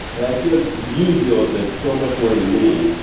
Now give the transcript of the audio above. and i feel like you deal with this so much more than me,